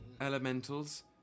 Elementals